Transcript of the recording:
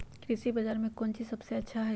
कृषि बजार में कौन चीज सबसे अच्छा होई?